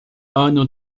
ano